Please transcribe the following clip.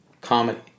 comedy